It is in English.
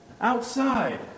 outside